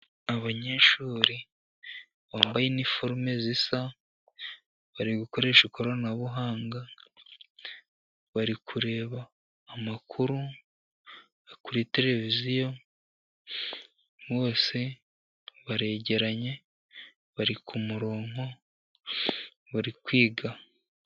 Abanyeshuri bambaye iniforome zisa, bari gukoresha ikoranabuhanga, bari kureba amakuru kuri televiziyo, bose baregeranye, bari ku murongo bari kwiga.